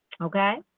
okay